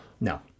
No